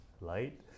light